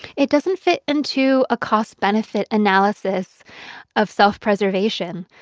it doesn't fit into a cost-benefit analysis of self-preservation.